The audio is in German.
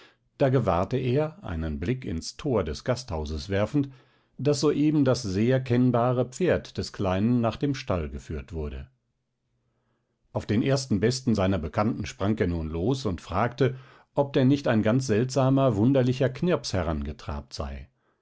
da gewahrte er einen blick ins tor des gasthauses werfend daß soeben das sehr kennbare pferd des kleinen nach dem stall geführt wurde auf den ersten besten seiner bekannten sprang er nun los und fragte ob denn nicht ein ganz seltsamer wunderlicher knirps herangetrabt sei